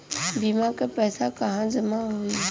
बीमा क पैसा कहाँ जमा होई?